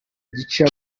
gica